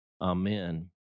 Amen